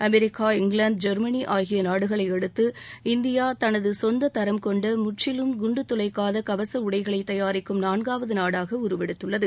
America England Germany ஆகிய நாடுகளையடுத்து India தனது சொந்த தரம் கொண்ட முற்றிலும் குண்டு துளைக்காத கவச உடைகளை தயாரிக்கும் நாள்காவது நாடாக உருவெடுத்துள்ளது